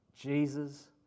Jesus